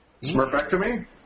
Smurfectomy